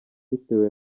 bitewe